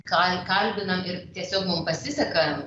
kalbinam ir tiesiog pasiseka